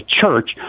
church